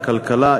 הכלכלה,